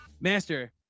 master